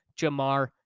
Jamar